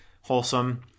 Wholesome